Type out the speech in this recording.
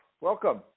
welcome